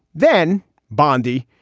then bondi,